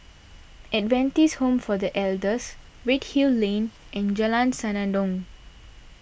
Adventist Home for the Elders Redhill Lane and Jalan Senandong